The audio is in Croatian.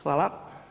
Hvala.